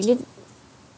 you need